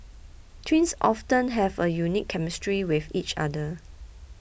twins often have a unique chemistry with each other